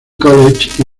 college